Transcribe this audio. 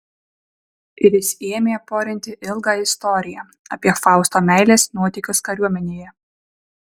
ir jis ėmė porinti ilgą istoriją apie fausto meilės nuotykius kariuomenėje